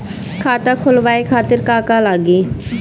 खाता खोलवाए खातिर का का लागी?